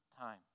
time